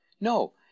No